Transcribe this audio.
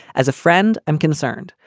as a friend, i'm concerned.